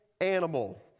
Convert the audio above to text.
animal